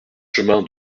chemin